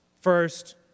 First